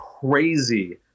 crazy